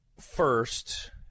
first